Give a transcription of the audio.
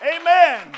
amen